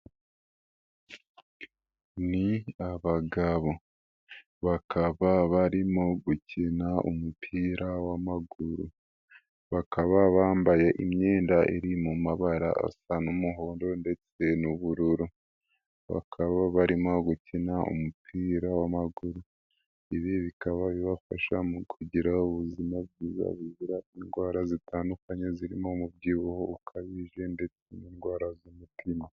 Ni abagabo bakaba barimo gukina umupira w'amaguru, bakaba bambaye imyenda iri mu mabara asa n'umuhondo ndetse n'ubururu, bakaba barimo gukina umupira w'amaguru, ibi bikaba bibafasha mu kugira ubuzima bwiza buzira indwara zitandukanye zirimo umubyibuho ukabije ndetse n'indwara z'umutima.